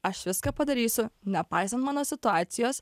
aš viską padarysiu nepaisant mano situacijos